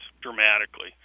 dramatically